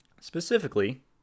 Specifically